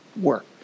work